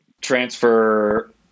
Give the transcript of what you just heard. transfer